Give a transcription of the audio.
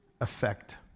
effect